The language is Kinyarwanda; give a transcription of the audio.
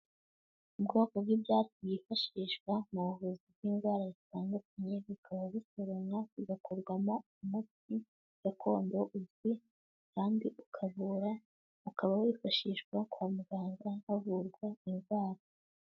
Ubwoko bw'ibyatsi byifashishwa mu buvuzi bw'indwara zitandukanye, bikaba bitoranywa, bigakorwamo umuti gakondo uzwi, kandi ukavura ukaba wifashishwa kwa muganga havurwa indwara.